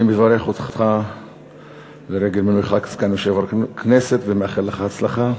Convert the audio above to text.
אני מברך אותך לרגל מינויך לסגן יושב-ראש הכנסת ומאחל לך הצלחה.